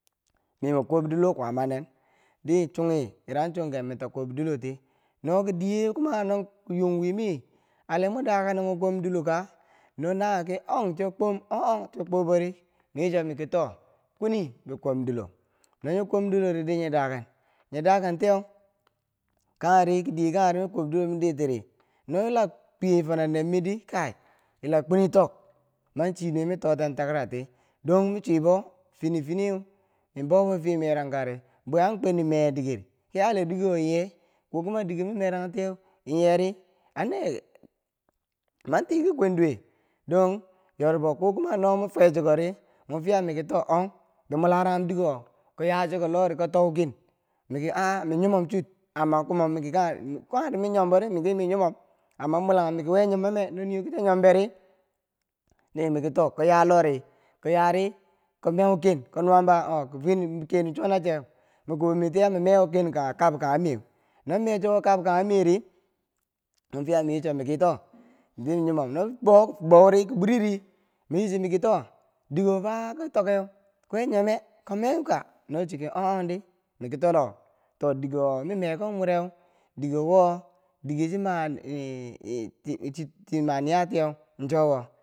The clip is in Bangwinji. Mima kwob dilo kwaa manin dichunghi yira chungen mita kwobdiloti noki diye kuma nong nyung wiimi ale mwin daken neu mwen kwomdiloka? no nawiyeu ki ong cho kwom oh- ong chi kwobori min yicho miki to kwini be kwomdilo no nye kwomdiloridi nye da ken nye dakengtiyeu kangheri dekangheri bi kwob dilo ma di tiri no yila tweyefo na nermirdi kai yila kwini tok min chinuwei min toteng takarati dongmin chubo fini finiyeu min boufofiye merangkadi bwei akwini meya dikeri ale dikero yeu ko kuma dikerowomi merang tiyeu nyeri manti ki kwen duwe dong yorbo ko kuma no min fwechukori mofiya miki to ong mularanghen dikewo ko yachikolodi komtouken miki a. a min nyimom chuur amma kumom miki kangheri minyombo kangheri min nyombori miki min nyumom amma mulanghum mikiwe nyumome? no nii wo kii nyombe ri di mikito ko yalori ko yari kom meuken kom nuwam ba ong, ken chuwo na cheu ma kubo mi tiyeu na cheu ya mi mee meuwo kabkaye meu no meu wokeb keye meri mwe fiya min yicho miki to, min nyomomg no bou bou ki bwiri mayi chi maki to, dikewofa kon tokeu we nyo me? ko meu ka? no chiki o- ong di, miki tono to dike wo mi mekom wureu dike wo dike chike ma chima niya ti yeu cho wo.